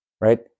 right